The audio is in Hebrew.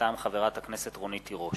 מטעם חברת הכנסת רונית תירוש.